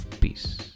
Peace